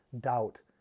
doubt